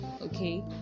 Okay